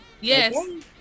Yes